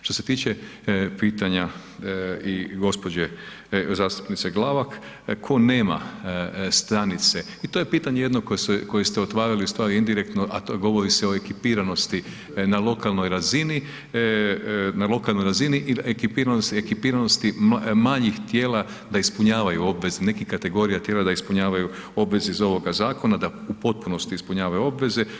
Što se tiče pitanja i gospođe zastupnice Glavak, tko nema stranice i to je pitanje jedno koje ste otvarali u stvari indirektno, a govori se o ekipiranosti na lokalnoj razini, na lokalnoj razini i ekipiranosti manjih tijela da ispunjavaju obveze, nekih kategorija tijela da ispunjavaju obveze iz ovoga zakona, da u potpunosti ispunjavaju obveze.